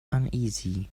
uneasy